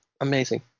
Amazing